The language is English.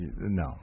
no